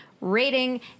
rating